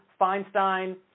Feinstein